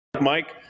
Mike